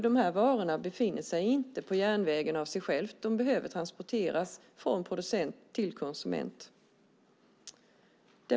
De här varorna hamnar inte på järnvägen av sig själva. De behöver transporteras från producent till konsument.